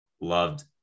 Loved